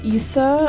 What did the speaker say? Issa